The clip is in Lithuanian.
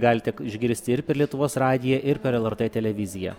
galite išgirsti ir per lietuvos radiją ir per lrt televiziją